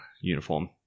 uniform